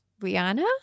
Rihanna